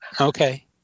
Okay